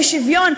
אי-שוויון,